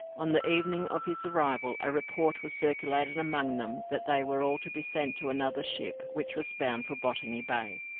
on the evening of his arrival a report was circulated among them that they were all to be sent to another ship, which was bound for botany bay,